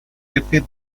jefe